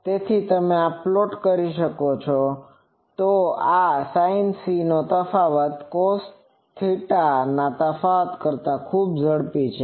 તેથી જો તમે પ્લોટ કરો છો તો આ sin c નો તફાવત આ cos θ ના તફાવત કરતા ખૂબ ઝડપી છે